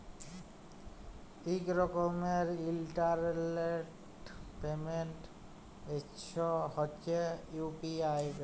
ইক রকমের ইলটারলেট পেমেল্ট হছে ইউ.পি.আই ব্যবস্থা